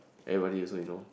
everybody also he know